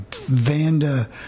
Vanda